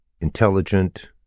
intelligent